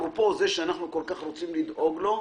אפרופו זה שאנחנו כל כך רוצים לדאוג לו,